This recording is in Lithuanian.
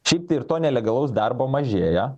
šiaip tai ir to nelegalaus darbo mažėja